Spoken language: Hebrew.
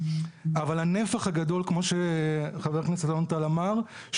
אבל הנפח הגדול כמו שחבר הכנסת אלון טל אמר,